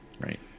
right